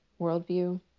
worldview